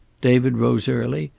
david rose early,